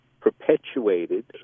perpetuated